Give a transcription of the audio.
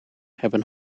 hebben